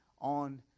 on